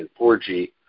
4G